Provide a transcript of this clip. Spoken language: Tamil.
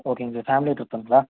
ஓகேங்க பேமிலி ட்ரிப்ங்களா